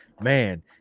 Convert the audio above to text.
man